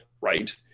right